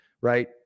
right